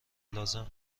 لازم